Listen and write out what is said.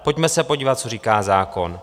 Pojďme se podívat, co říká zákon.